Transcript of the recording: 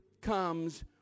comes